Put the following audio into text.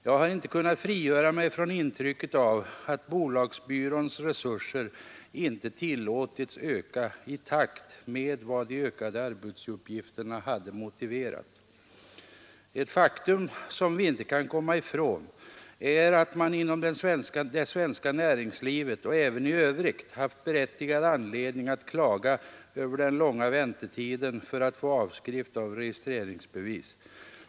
Jag har inte kunnat frigöra mig från intrycket av att bolagsbyråns resurser inte tillåtits öka i takt med vad de ökade arbetsuppgifterna hade motiverat. Ett faktum som vi inte kan komma ifrån är att man inom det svenska näringslivet och även i övrigt haft berättigad anledning att klaga över den långa väntetiden för att få avskrift av registreringsbevis.